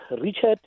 Richard